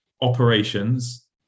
operations